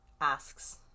Asks